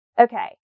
Okay